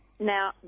Now